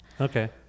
Okay